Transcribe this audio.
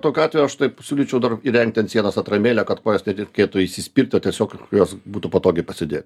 tokiu atveju aš taip siūlyčiau dar įrengti ant sienos atramėlę kad kojos net reikėtų įsispirti o tiesiog jos būtų patogiai pasidėt